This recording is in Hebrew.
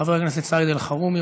חבר הכנסת סעיד אלחרומי,